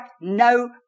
no